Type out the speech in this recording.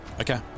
Okay